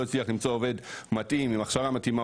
הצליח למצוא עובד מתאים עם הכשרה מתאימה,